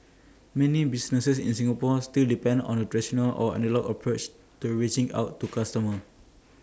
many businesses in Singapore still depend on A traditional or analogue approach to reaching out to customers